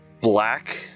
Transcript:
black